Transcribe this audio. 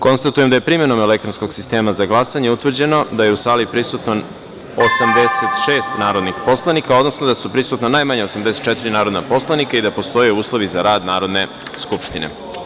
Konstatujem da je primenom elektronskog sistema za glasanje utvrđeno da je u sali prisutno 86 narodnih poslanika, odnosno da su prisutna najmanje 84 narodna poslanika i da postoje uslovi za rad Narodne skupštine.